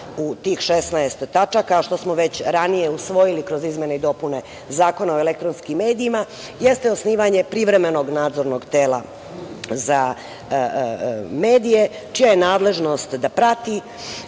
u tih 16 tačaka, što smo ranije već usvojili kroz izmene i dopune Zakona o elektronskim medijima, jeste osnivanje privremenog Nadzornog tela za medije, čija je nadležnost da prati